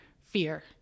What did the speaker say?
fear